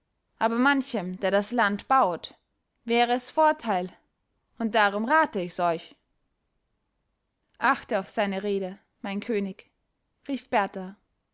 aber manchem der das land baut wäre es vorteil und darum rate ich's euch achte auf seine rede mein könig rief berthar